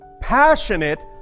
passionate